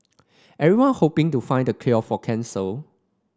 everyone hoping to find the cure for cancer